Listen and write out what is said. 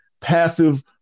passive